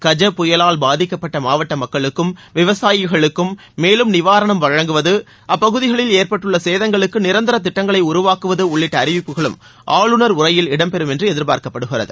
கஜா புயலால் பாதிக்கப்பட்ட மாவட்ட மக்களுக்கும் விவசாயிகளுக்கும் மேலும் நிவாரணம் வழங்குவது அப்பகுதிகளில் ஏற்பட்டுள்ள சேதங்களுக்கு நிரந்தர திட்டங்களை உருவாக்குவது உள்ளிட்ட அறிவிப்புகளும் ஆளுநர் உரையில் இடம்பெறும் என்று எதிர்ப்பார்க்கப்படுகிறது